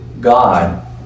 god